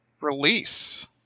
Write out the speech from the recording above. release